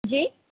جی